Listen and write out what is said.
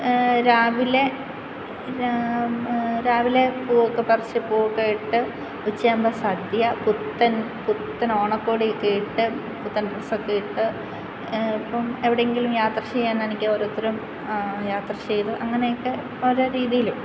രാവിലെ രാവിലെ പൂവൊക്കെ പറിച്ച് പൂവൊക്കെ ഇട്ട് ഉച്ചയാകുമ്പോൾ സദ്യ പുത്തൻ പുത്തൻ ഓണക്കോടിയൊക്കെ ഇട്ട് പുത്തൻ ഡ്രസ്സ് ഒക്കെ ഇട്ട് ഇപ്പം എവിടെയെങ്കിലും യാത്ര ചെയ്യാനാണെങ്കിൽ ഓരോരുത്തരും യാത്ര ചെയ്തു അങ്ങനെയൊക്കെ ഓരോ രീതിയിലും